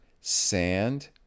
sand